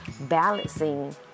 balancing